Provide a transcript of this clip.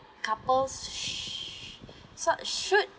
couples sh~ so~ should